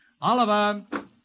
Oliver